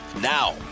Now